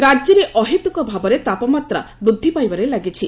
ପାଣିପାଗ ରାଜ୍ୟରେ ଅହେତୁକ ଭାବରେ ତାପମାତ୍ରା ବୃଦ୍ଧିପାଇବାରେ ଲାଗିଛି